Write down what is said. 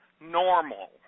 normal